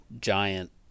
giant